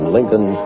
Lincoln